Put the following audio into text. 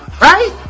Right